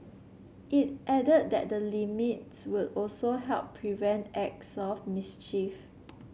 it added that the limits would also help prevent acts of mischief